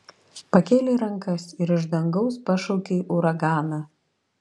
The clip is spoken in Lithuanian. pakėlei rankas ir iš dangaus pašaukei uraganą